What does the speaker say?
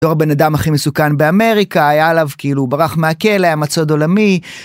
הבן אדם הכי מסוכן באמריקה היה עליו כאילו ברח מהכלא היה מצוד עולמי.